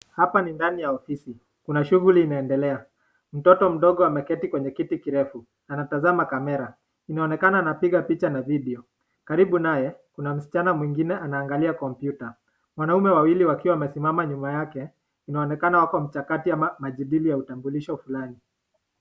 Hapa ni ndani ya ofisi, kuna shughuli inaendelea, mtoto mdogo ameketi kwenye kiti kirefu, anatazama kamera, inaonekana anapiga picha na video, karibu naye kuna msichana mwingine anaangalia kompyuta, wanaume wawili wakiwa wamesimama nyuma yake, inaonekana wako mchakati ama majadili ya utambulisho fulani.